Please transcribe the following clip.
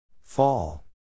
Fall